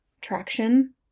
traction